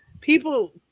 people